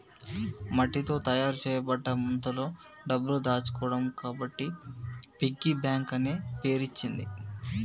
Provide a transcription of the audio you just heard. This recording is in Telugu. మట్టితో తయారు చేయబడ్డ ముంతలో డబ్బులు దాచుకోవడం కాబట్టి పిగ్గీ బ్యాంక్ అనే పేరచ్చింది